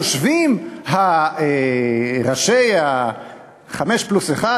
יושבים ראשי ה"חמש פלוס אחת",